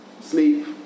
sleep